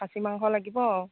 খাচী মাংস লাগিব